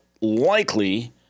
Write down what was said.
likely